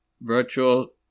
virtual